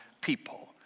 people